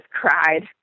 cried